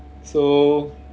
so